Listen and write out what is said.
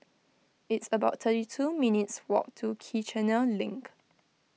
it's about thirty two minutes' walk to Kiichener Link